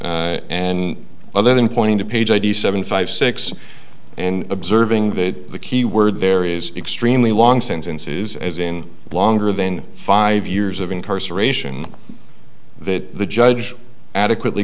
and other than pointing to page i d seven five six and observing that the key word there is extremely long sentences as in longer than five years of incarceration that the judge adequately